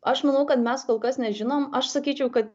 aš manau kad mes kol kas nežinom aš sakyčiau kad